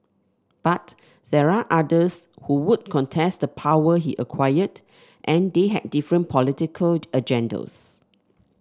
but there are others who would contest the power he acquired and they had different political agendas